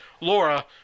laura